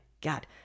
god